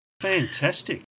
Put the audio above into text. Fantastic